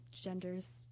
genders